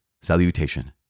Salutation